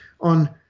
on